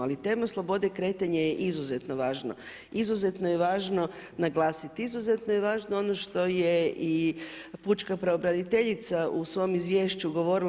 Ali tema slobode kretanja je izuzetno važno, izuzetno je važno naglasiti, izuzetno je važno ono što je i pučka pravobraniteljica u svom izvješću govorila.